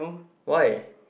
why